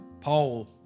Paul